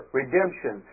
redemption